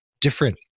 different